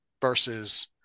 versus